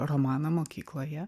romaną mokykloje